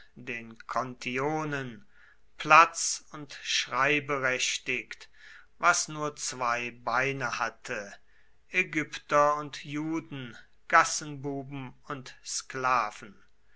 den kontionen platz und schreiberechtigt was nur zwei beine hatte ägypter und juden gassenbuben und sklaven